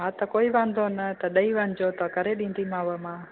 हा त कोई वांदो न त ॾेई वञिजो त करे ॾींदीमांव मां